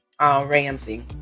Ramsey